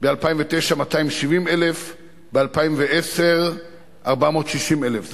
ב-2009 זה 270,000 ש"ח, וב-2010 זה 460,000 ש"ח.